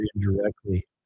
indirectly